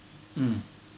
mm